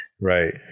right